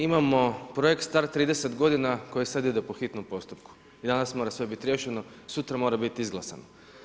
Imamo projekt star 30 godina koji sad ide po hitnom postupku i danas mora sve biti riješeno, sutra mora bit izglasano.